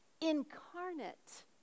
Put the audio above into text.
incarnate